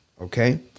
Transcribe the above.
okay